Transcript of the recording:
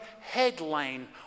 headline